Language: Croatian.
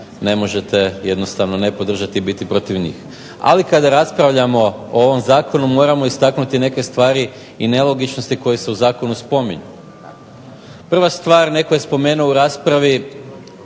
ne možete jednostavno ne podržati i biti protiv njih. Ali, kada raspravljamo o ovom zakonu moramo istaknuti neke stvari i nelogičnosti koje se u zakonu spominju. Prva stvar, netko je spomenuo u raspravi